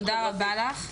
תודה רבה לך.